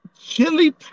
chili